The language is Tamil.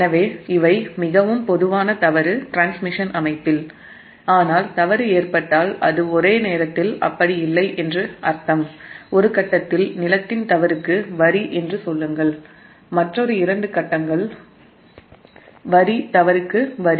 எனவே இவை டிரான்ஸ்மிஷன் அமைப்பில் ஏற்பட்ட மிகவும் பொதுவான தவறு ஆனால் ஒரே நேரத்தில் தவறு ஏற்பட்டால் அப்படி இல்லை என்று அர்த்தம் ஒரு கட்டத்தில் க்ரவுன்ட் தவறுக்கு வரி என்று சொல்லுங்கள் மற்றொரு இரண்டு கட்டங்கள் வரி தவறுக்கு வரி